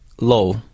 low